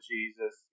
Jesus